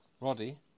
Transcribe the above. Roddy